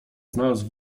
znalazł